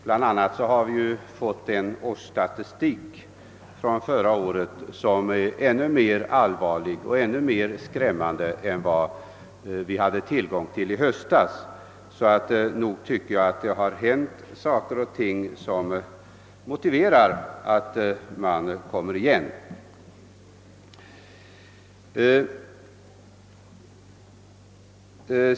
Bland annat har vi fått en årsstatistik från förra året som är ännu mera allvarlig och ännu mera skrämmande än den vi hade tillgång till i höstas. Jag tycker alltså att det har hänt saker och ting som motiverar att man återkommer.